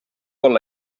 olla